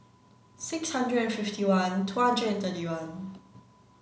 six hundred and fifty one two hundred thirty one